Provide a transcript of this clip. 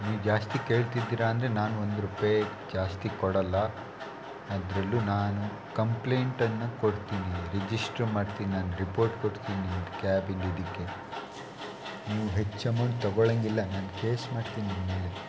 ನೀವು ಜಾಸ್ತಿ ಕೇಳ್ತಿದ್ದೀರ ಅಂದರೆ ನಾನು ಒಂದು ರೂಪಾಯ್ ಜಾಸ್ತಿ ಕೊಡೋಲ್ಲ ಅದರಲ್ಲೂ ನಾನು ಕಂಪ್ಲೇಂಟನ್ನು ಕೊಡ್ತೀನಿ ರಿಜಿಸ್ಟ್ರು ಮಾಡ್ತೀನಿ ನಾನು ರಿಪೋರ್ಟ್ ಕೊಡ್ತೀನಿ ನಿಮ್ಮ ಕ್ಯಾಬಿಂದು ಇದಕ್ಕೆ ನೀವು ಹೆಚ್ಚು ಅಮೌಂಟ್ ತೊಗೊಳಂಗಿಲ್ಲ ನಾನು ಕೇಸ್ ಮಾಡ್ತೀನಿ ನಿಮ್ಮ ಮೇಲೆ